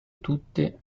tutte